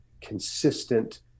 consistent